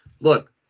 look